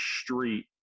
street